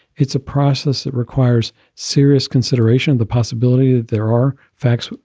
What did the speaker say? it's a process that requires serious consideration of the possibility that there are facts.